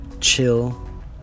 chill